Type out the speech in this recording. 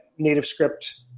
NativeScript